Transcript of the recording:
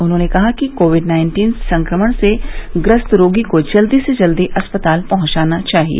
उन्होंने कहा कि कोविड नाइन्टीन संक्रमण से ग्रस्त रोगी को जल्दी से जल्दी अस्पताल पहुंचाना चाहिए